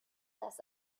das